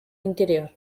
interior